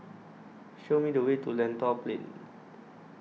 Show Me The Way to Lentor Plain